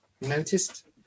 noticed